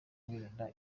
wirinda